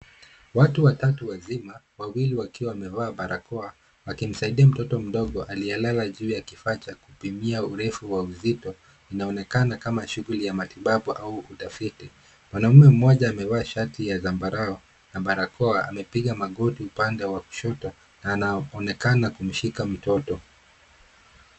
Watu watatu wazima, wawili wakiwa wamevaa barakoa, wakimsaidia mtoto mdogo aliyelalia juu ya kifaa cha kupimia urefu wa uzito. Inaonekana kama shughuli ya matibabu au utafiti. Mwanaume mmoja amevaa shati ya zambarau na barakoa. Amepiga magoti upande wa kushoto na anaonekana kumshika mtoto.